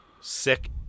sick